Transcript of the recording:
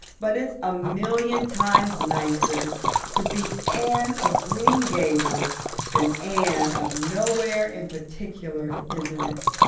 but it's a million times nicer to be anne of green gables than anne of nowhere in particular, isn't it?